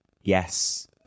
Yes